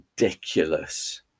Ridiculous